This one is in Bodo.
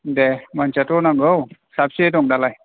दे मानसियाथ' नांगौ साबसे दं दालाय